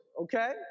Okay